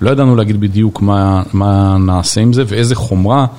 לא ידענו להגיד בדיוק מה נעשה עם זה ואיזה חומרה.